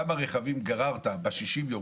כמה רכבים גררת אחרי 60 ימים,